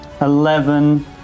eleven